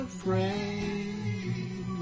Afraid